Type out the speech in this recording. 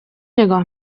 نگاه